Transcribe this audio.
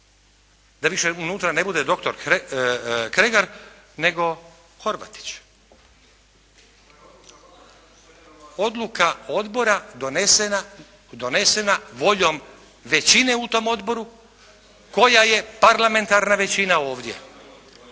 da više unutra ne bude dr. Kregar, nego Horvatić. Odluka odbora donesena voljom većine u tom odboru, koja je parlamentarna većina ovdje.